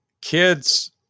Kids